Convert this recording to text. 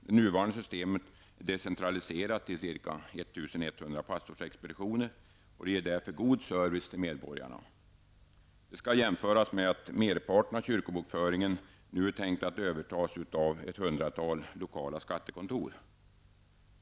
Det nuvarande systemet är decentraliserat till ca 1 100 pastorsexpeditioner, och det ger därför god service till medborgarna. Detta skall jämföras med att merparten av kyrkobokföringen nu är tänkt att övertas av ett hundratal lokala skattekontor.